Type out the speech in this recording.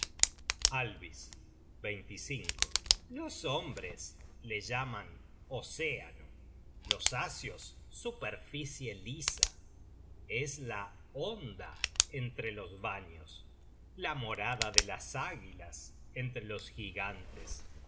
at alvis los hombres le llaman océano los asios superficie lisa es la onda entre los vanios la morada de las aguilas entrelos gigantes